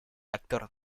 actor